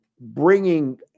bringing